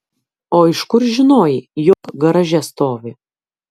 o iš kur žinojai jog garaže stovi